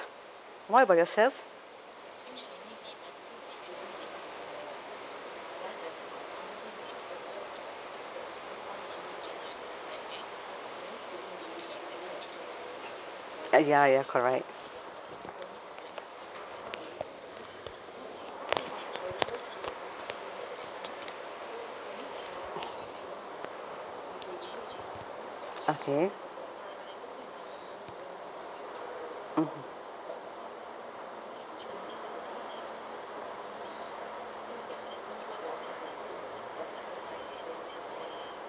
what about yourself uh ya ya correct okay mmhmm